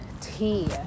tea